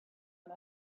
and